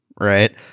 Right